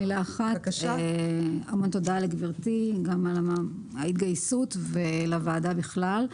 המון תודה לגברתי, גם על ההתגייסות ולוועדה בכלל.